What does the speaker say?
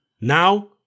now